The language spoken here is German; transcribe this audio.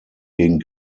gegen